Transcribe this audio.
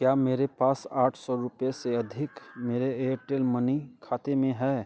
क्या मेरे पास आठ सौ रुपए से अधिक मेरे एयरटेल मनी खाते में है